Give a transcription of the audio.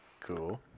Cool